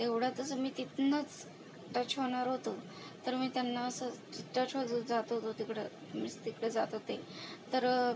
तेवढ्यातच मी तिथनंच टच होणार होतो तर मी त्यांना असंच टच होतंच जात होतो तिकडं मीच तिकडे जात होते तर